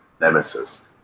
nemesis